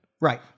Right